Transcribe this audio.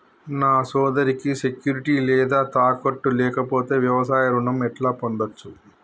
నా సోదరికి సెక్యూరిటీ లేదా తాకట్టు లేకపోతే వ్యవసాయ రుణం ఎట్లా పొందచ్చు?